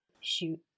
Shoot